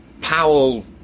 Powell